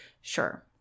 sure